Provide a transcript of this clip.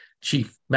chief